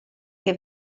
che